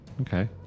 Okay